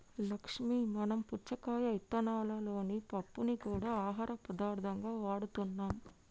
లక్ష్మీ మనం పుచ్చకాయ ఇత్తనాలలోని పప్పుని గూడా ఆహార పదార్థంగా వాడుతున్నాం